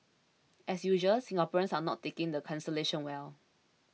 as usual Singaporeans are not taking the cancellation well